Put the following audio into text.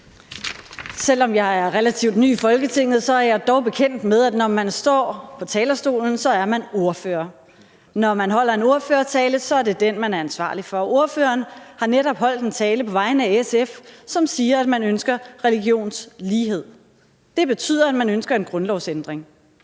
Selv om jeg er relativt ny i Folketinget, er jeg dog bekendt med, at når man står på talerstolen, er man ordfører. Når man holder en ordførertale, er det den, man er ansvarlig for. Ordføreren har netop holdt en tale på vegne af SF, hvor ordføreren siger, at man ønsker religionslighed. Det betyder, at man ønsker en grundlovsændring.